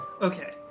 Okay